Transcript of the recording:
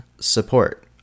support